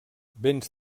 béns